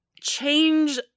change